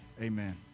Amen